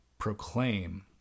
proclaim